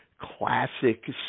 classic